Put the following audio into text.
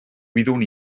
wyddwn